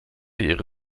ihre